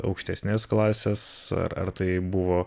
aukštesnės klasės ar ar tai buvo